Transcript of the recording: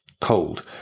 cold